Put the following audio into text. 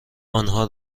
آنها